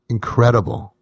Incredible